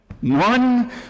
One